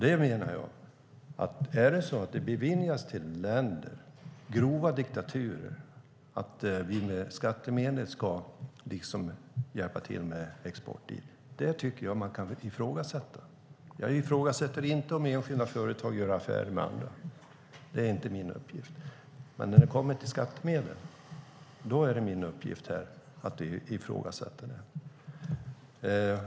Där menar jag att om det beviljas krediter för export till länder som är grova diktaturer så att vi med skattemedel ska hjälpa till med export till dessa länder kan det ifrågasättas. Jag ifrågasätter inte enskilda företags affärer - det är inte min uppgift - men när det kommer till skattemedel är det min uppgift att ifrågasätta det.